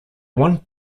one